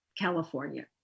California